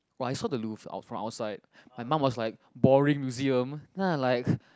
but I saw the loof out from outside my mum was like boring museum then I like